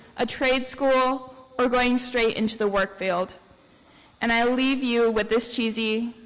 a trade school or going straight into the work field and i leave you with this cheesy,